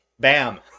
Bam